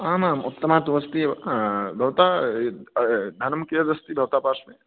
आम् आम् उत्तमा तु अस्ति एव भवता धनं कियद् अस्ति भवता पार्श्वे